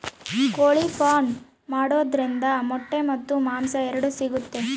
ಕೋಳಿ ಫಾರ್ಮ್ ಮಾಡೋದ್ರಿಂದ ಮೊಟ್ಟೆ ಮತ್ತು ಮಾಂಸ ಎರಡು ಸಿಗುತ್ತೆ